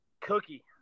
Cookie